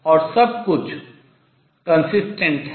और सब कुछ सुसंगत है